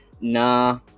Nah